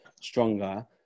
stronger